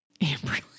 Amberly